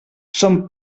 son